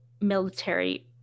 military